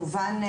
כמובן,